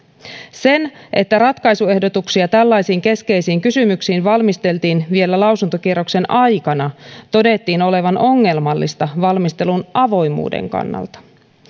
sen että ratkaisuehdotuksia tällaisiin keskeisiin kysymyksiin valmisteltiin vielä lausuntokierroksen aikana todettiin olevan ongelmallista valmistelun avoimuuden kannalta